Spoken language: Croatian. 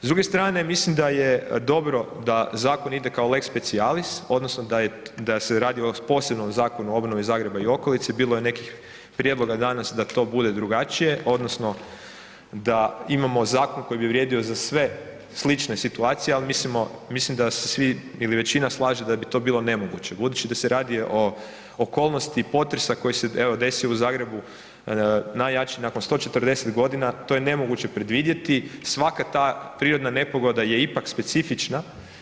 S druge strane, mislim da je dobro da zakon ide kao lex specialis, odnosno da se radi o posebnom zakonu o obnovi Zagreba i okolice, bilo je nekih prijedloga danas da to bude drugačije, odnosno da imamo zakon koji bi vrijedio za sve slične situacije, ali mislim da se svi ili većina slaže da bi to bilo nemoguće budući da se radi o okolnosti potresa koji se evo, desio u Zagrebu, najjači nakon 140 godina, to je nemoguće predvidjeti, svaka ta prirodna nepogoda je ipak specifična.